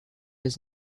his